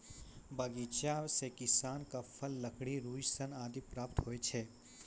बगीचा सें किसान क फल, लकड़ी, रुई, सन आदि प्राप्त होय छै